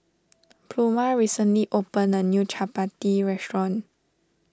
Pluma recently opened a new Chapati restaurant